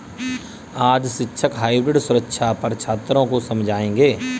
आज शिक्षक हाइब्रिड सुरक्षा पर छात्रों को समझाएँगे